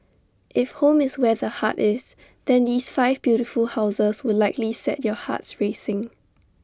if home is where the heart is then these five beautiful houses will likely set your hearts racing